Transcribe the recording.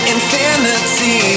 Infinity